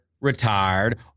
retired